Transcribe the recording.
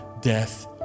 death